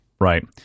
Right